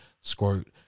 squirt